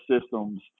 systems